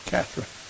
Catherine